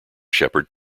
sheppard